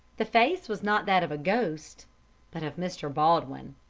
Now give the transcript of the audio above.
the face was not that of a ghost but of mr. baldwin,